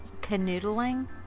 Canoodling